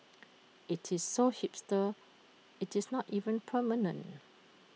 IT is so hipster IT is not even permanent